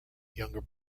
younger